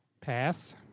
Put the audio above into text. Pass